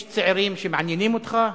יש צעירים שמעניינים אותך,